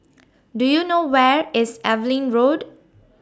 Do YOU know Where IS Evelyn Road